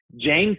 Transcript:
James